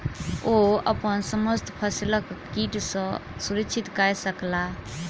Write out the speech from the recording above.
ओ अपन समस्त फसिलक कीट सॅ सुरक्षित कय सकला